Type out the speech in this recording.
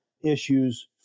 issues